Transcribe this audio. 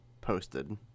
posted